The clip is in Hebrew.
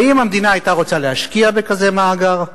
האם המדינה היתה רוצה להשקיע בכזה מאגר עתידי?